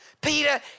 Peter